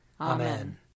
Amen